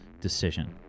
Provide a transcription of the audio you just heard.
decision